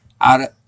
out